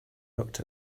looked